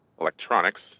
electronics